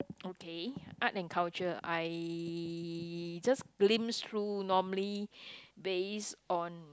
okay art and culture I just glimpse through normally based on